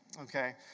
Okay